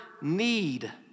need